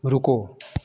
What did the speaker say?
रुको